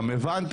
גם הבנתי,